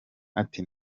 ati